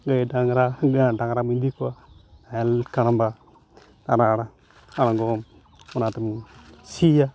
ᱱᱤᱭᱟᱹ ᱰᱟᱝᱨᱟ ᱰᱟᱝᱨᱟᱠᱚ ᱤᱫᱤ ᱠᱚᱣᱟ ᱱᱟᱦᱮᱞ ᱠᱟᱬᱵᱟ ᱟᱬᱟᱲ ᱟᱲᱜᱚᱢ ᱚᱱᱟᱛᱮᱵᱚ ᱥᱤᱭᱟ